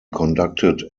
conducted